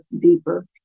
deeper